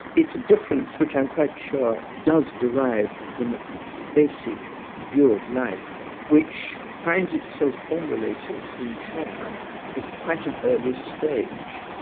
it's a difference which i am quite sure does derive from a basic view of life which finds itself so formulated in china at quite an early stage.